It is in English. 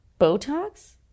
Botox